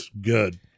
good